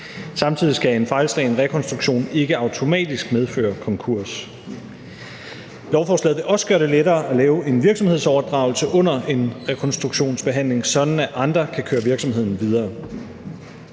Samtidig skal en fejlslagen rekonstruktion ikke automatisk medføre konkurs. Lovforslaget vil også gøre det lettere at lave en virksomhedsoverdragelse under en rekonstruktionsbehandling, sådan at andre kan føre virksomheden videre.